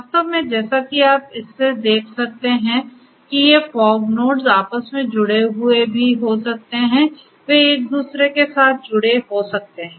वास्तव में जैसा कि आप इससे देख सकते हैं कि ये फॉग नोड्स आपस में जुड़े हुए भी हो सकते हैं वे एक दूसरे के साथ जुड़े हो सकते हैं